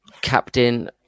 captain